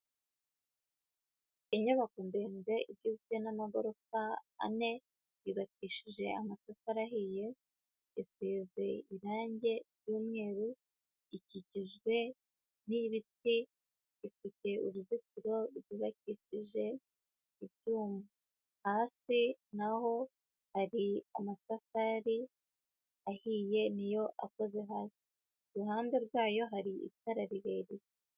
Inyubako ndende igizwe n'amagorofa ane, yubakishije amatafari ahiye, isize irangi ry'umweru, ikikijwe n'ibiti, ifite uruzitiro rwubakishije ibyuma, hasi na ho hari amatafari ahiye ni yo akoze hasi, ku ruhande rwayo hari itara rirerire.